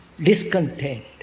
discontent